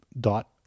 dot